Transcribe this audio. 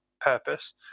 purpose